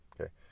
Okay